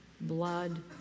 blood